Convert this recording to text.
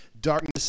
darkness